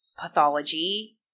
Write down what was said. pathology